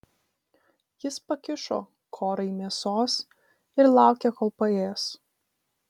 jis pakišo korai mėsos ir laukė kol paės